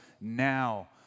now